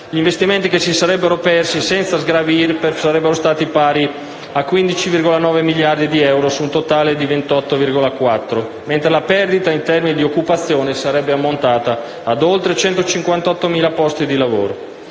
gli investimenti che si sarebbero persi, senza sgravi irpef, sarebbero stati pari a 15,9 miliardi di euro su un totale di 28,4 miliardi, mentre la perdita in termini di occupazione sarebbe ammontata a 158.591 posti di lavoro;